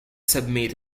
submit